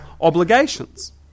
obligations